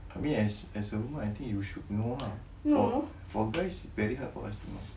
I mean as as a woman I think you should know lah for guys very hard for us to know